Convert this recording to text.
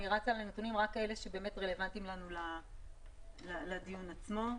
רק כאלה שבאמת רלוונטיים לנו לדיון עצמו.